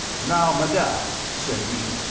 now, madame, said he,